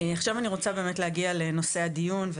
עכשיו אני רוצה באמת להגיע לנושא הדיון,